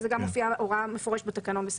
זו הוראה מפורשת על פי סעיף 112 לתקנון הכנסת.